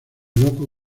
loco